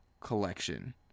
collection